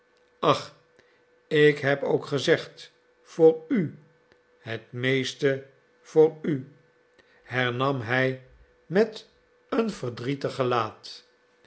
ach ik heb ook gezegd voor u het meeste voor u hernam hij met een verdrietig gelaat